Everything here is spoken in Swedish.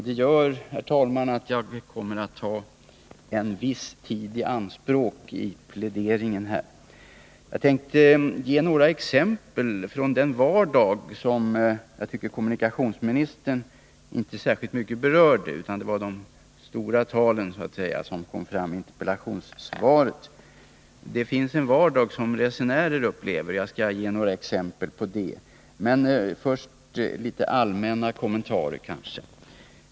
Det gör, herr talman, att jag kommer att ta en viss tid i anspråk vid pläderingen. Jag tänkte ge några exempel från den vardag som jag tyckte kommunikationsministern inte berörde särskilt mycket. Det var mer de stora talen som kom fram i interpellationssvaret. Det finns en vardag som resenärer upplever, och jag skall ge några exempel på det. Men först några allmänna kommentarer.